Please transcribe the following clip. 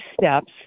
steps